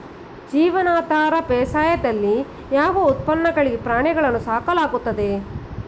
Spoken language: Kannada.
ಜೀವನಾಧಾರ ಬೇಸಾಯದಲ್ಲಿ ಯಾವ ಉತ್ಪನ್ನಗಳಿಗಾಗಿ ಪ್ರಾಣಿಗಳನ್ನು ಸಾಕಲಾಗುತ್ತದೆ?